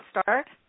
start